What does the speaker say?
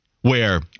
where-